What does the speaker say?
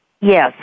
Yes